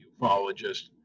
ufologist